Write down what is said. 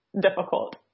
difficult